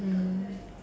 mm